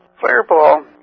Fireball